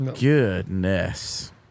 Goodness